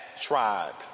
tribe